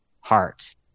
heart